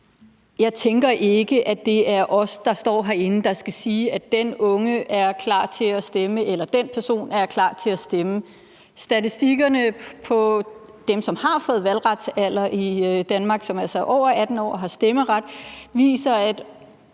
Jeg tænker ikke, at det er os, der står herinde, der skal sige, at den unge er klar til at stemme eller den person er klar til at stemme. Statistikkerne på dem, som har nået valgretsalder i Danmark, og som altså er over 18 år og har stemmeret, viser, at